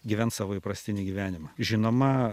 gyvens savo įprastinį gyvenimą žinoma